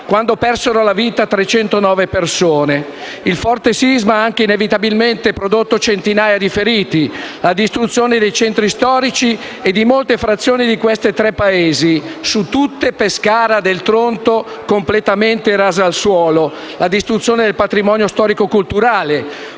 quando persero la vita 309 persone. Il forte sisma ha anche inevitabilmente prodotto centinaia di feriti, la distruzione dei centri storici e di molte frazioni di questi tre paesi (fra tutti Pescara del Tronto, completamente rasa al suolo), la distruzione del patrimonio storico-culturale,